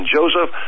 Joseph